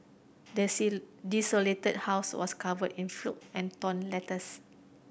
the desolated house was covered in flow and torn letters